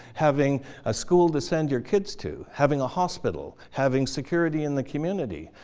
having a school to send your kids to, having a hospital, having security in the community,